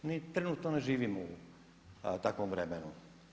Mi trenutno ne živimo u takvom vremenu.